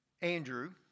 Andrew